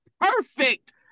perfect